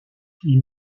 ils